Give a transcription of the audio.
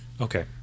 okay